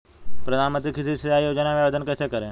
प्रधानमंत्री कृषि सिंचाई योजना में आवेदन कैसे करें?